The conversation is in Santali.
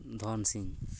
ᱫᱷᱚᱱ ᱥᱤᱝ